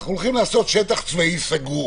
אנחנו הולכים לעשות שטח צבאי סגור